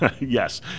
Yes